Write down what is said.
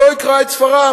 שלא יקרא את ספריו,